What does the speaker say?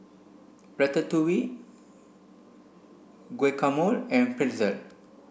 Ratatouille Guacamole and Pretzel